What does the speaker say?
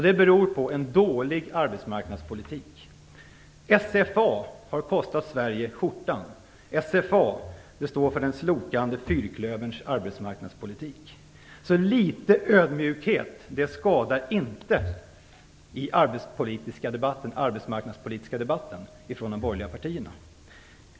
Det beror på en dålig arbetsmarknadspolitik. SFA har kostat Sverige skjortan. SFA står för den slokande fyrklöverns arbetsmarknadspolitik. Det skadar inte med litet ödmjukhet från de borgerliga partierna i den arbetsmarknadspolitiska debatten.